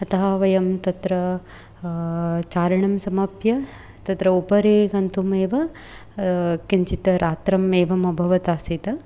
अतः वयं तत्र चारणं समाप्य तत्र उपरि गन्तुमेव किञ्चित् रात्रम् एवम् अभवत् आसीत्